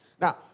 Now